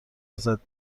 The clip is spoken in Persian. ازت